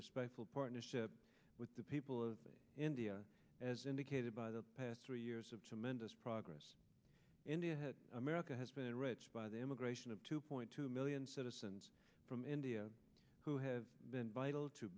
respectful partnership with the people of india as indicated by the past three years of tremendous progress india america has been by the emigration of two point two million citizens from india who have been vital to